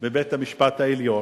בבית-המשפט העליון.